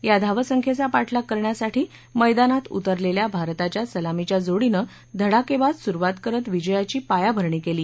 या धावसंख्येचा पाठलाग करण्यासाठी मैदानात उतरलेल्या भारताच्या सलामीच्या जोडीनं धडाकेबाज सुरुवात करत विजयाची पायाभरणी केली